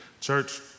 church